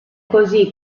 così